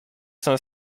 cinq